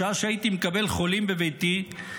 בשעה שהייתי מקבל חולים בביתי,